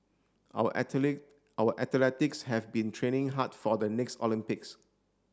our athlete our athletics have been training hard for the next Olympics